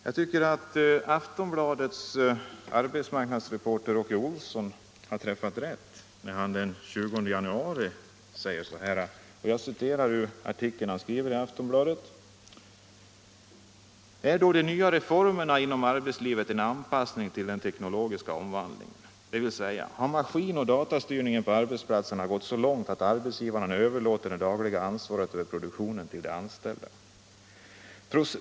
Jag tycker att Aftonbladets arbetsmarknadsreporter Åke Olsson har träffat rätt när han den 20 januari skriver: ”Är då de nya reformerna inom arbetslivet en anpassning till den teknologiska omvandlingen? Det vill säga: Har maskin och datastyrningen på arbetsplatserna gått så långt att arbetsgivarna överlåter det dagliga ansvaret över produktionen till de anställda?